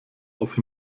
auf